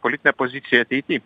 politinę poziciją ateity